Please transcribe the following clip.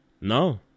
No